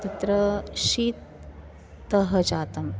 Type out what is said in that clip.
तत्र शीतः जातम्